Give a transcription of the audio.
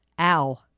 ow